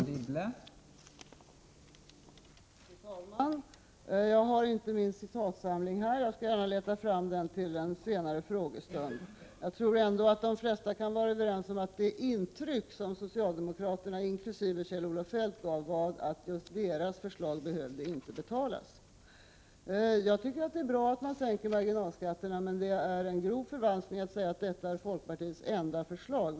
Fru talman! Jag har inte min citatsamling här, men jag skall gärna leta fram den till en senare frågestund. Jag tror ändå att de flesta kan vara överens om att det intryck som socialdemokraterna, inkl. Kjell-Olof Feldt, gav var att just deras förslag inte behövde betalas. Det är bra att man sänker marginalskatterna, tycker jag. Det är dock en grov förvanskning att säga att det är folkpartiets enda förslag.